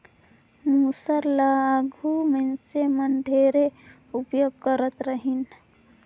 मूसर ल आघु मइनसे मन ढेरे उपियोग करत रहिन